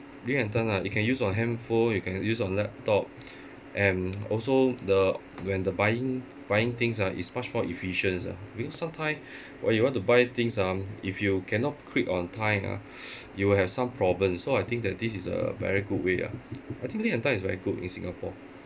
lim and tan ah you can use on handphone you can use on laptop and also the when the buying buying things ah it's much more efficient ah you know sometime when you want to buy things ah if you cannot click on time ah you will have some problem so I think that this is a very good way ah I think lim and tan is very good in Singapore